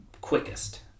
quickest